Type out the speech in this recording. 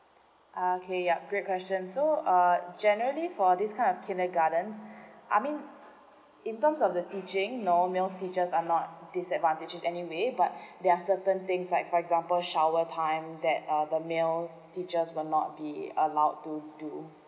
okay ya great question so uh generally for this kind of kindergartens I mean in terms of the teaching normally male teachers are not disadvantage anyway but there are certain things like for example shower time that uh the male teachers were not be allowed to do